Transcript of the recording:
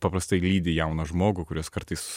paprastai lydi jauną žmogų kurios kartais